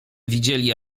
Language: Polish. widzieli